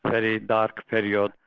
very dark period.